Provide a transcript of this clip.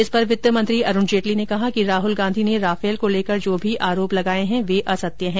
इस पर वित्त मंत्री अरूण जेटली ने कहा कि राहल गांधी ने राफेल को लेकर जो भी आरोप लगाए है वे असत्य है